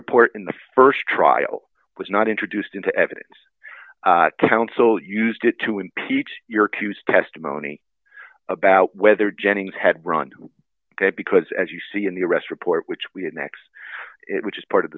report in the st trial was not introduced into evidence council used it to impeach your q s testimony about whether jennings had run because as you see in the arrest report which we did next which is part of